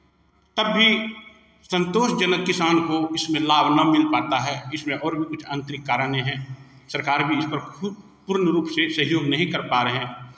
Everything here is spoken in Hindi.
तब भी संतोष जनक किसान को इसमें लाभ न मिल पाता है इसमें और भी कुछ आंतरिक कारणे हैं सरकार भी इसपर खूब पूर्ण रूप से सहयोग नहीं कर पा रहे हैं